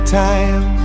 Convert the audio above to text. time